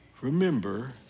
remember